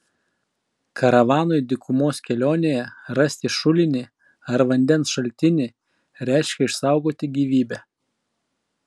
karavanui dykumos kelionėje rasti šulinį ar vandens šaltinį reiškė išsaugoti gyvybę